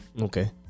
Okay